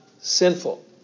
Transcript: sinful